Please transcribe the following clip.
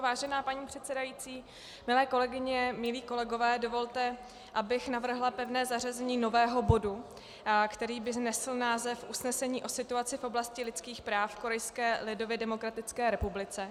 Vážená paní předsedající, milé kolegyně, milí kolegové, dovolte, abych navrhla pevné zařazení nového bodu, který by nesl název Usnesení o situaci v oblasti lidských práv v Korejské lidově demokratické republice.